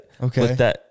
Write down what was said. Okay